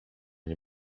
nie